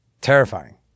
terrifying